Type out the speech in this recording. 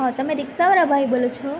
હા તમે રિક્ષાવાળા ભાઈ બોલો છો